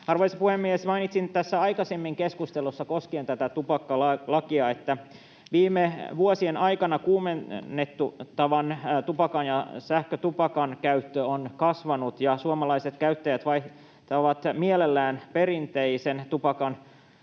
Arvoisa puhemies! Mainitsin aikaisemmin keskustelussa koskien tätä tupakkalakia, että viime vuosien aikana kuumennettavan tupakan ja sähkötupakan käyttö on kasvanut ja suomalaiset käyttäjät vaihtavat mielellään perinteisen tupakan